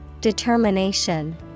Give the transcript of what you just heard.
Determination